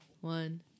One